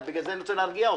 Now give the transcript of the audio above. בגלל זה אני רוצה להרגיע אותך.